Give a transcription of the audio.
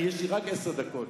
כי יש לי רק עשר דקות.